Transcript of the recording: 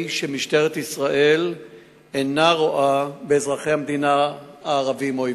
משטרת ישראל אינה רואה באזרחי המדינה הערבים אויבים.